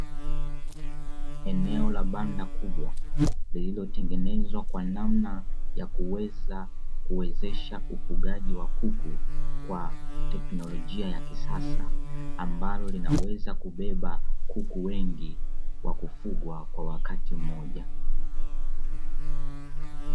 Eneo la banda kubwa liliojengwa kwa namna ya kuwezesha ufugaji wa kuku wa teknolojia ya kisasa, ambalo linaweza kubeba kuku wengi na kubwa kwa wakati mmoja.